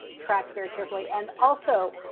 tracked very carefully. and also,